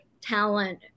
talent